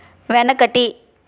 వెనకటి